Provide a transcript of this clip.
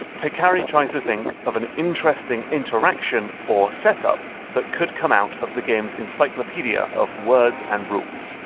teikari tries to think of an interesting interaction, or set-up that could come out of the game's encyclopaedia of words and rules.